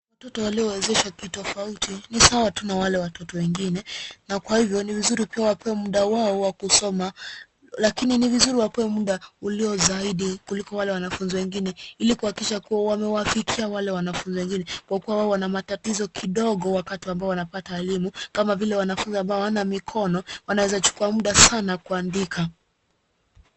Watoto waliowezeshwa kitofauti ni sawa tu na wale watoto wegine na kwa hivyo ni vizuri pia wapewe muda wao wa kusoma, lakini ni vizuri wapewe muda ulio zaidi kuliko wale wanafunzi wengine ili kuhakikisha kwamba wamewafikia wale wanafunzi wengine kwa kuwa wao wana matatizo kidogo wakati ambao wanapata mwalimu kama vile wanafunzi ambao hawana mikono wanawezachukua muda sana kuandika.